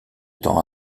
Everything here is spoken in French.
temps